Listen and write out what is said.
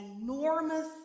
enormous